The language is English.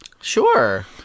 Sure